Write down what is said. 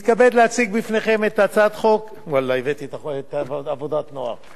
אנחנו עוברים לחוק הבא: הצעת חוק תגמולים לחיילים